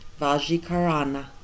Vajikarana